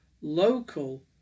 Local